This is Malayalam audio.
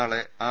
നാളെ ആർ